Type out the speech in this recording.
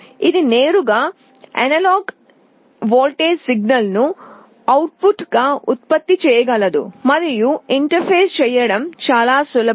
ఇది నేరుగా analogue voltage సిగ్నల్ను అవుట్పుట్గా ఉత్పత్తి చేయగలదు మరియు ఇంటర్ఫేస్ చేయడం చాలా సులభం